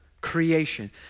creation